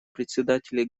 председателей